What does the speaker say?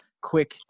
quick